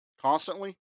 Constantly